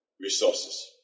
Resources